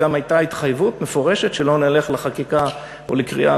וגם הייתה התחייבות מפורשת שלא נלך לחקיקה או לקריאה